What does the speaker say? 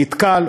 נתקל,